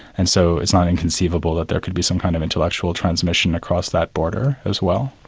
and so it's not inconceivable that there could be some kind of intellectual transmission across that border as well.